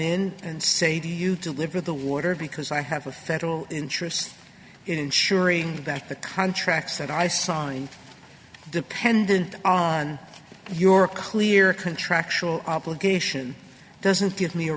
in and say to you deliver the water because i have a federal interest in ensuring that the contracts that i signed dependent on your clear contractual obligation doesn't give me a